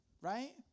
right